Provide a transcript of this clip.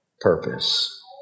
purpose